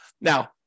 Now